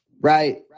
right